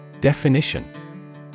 Definition